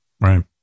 Right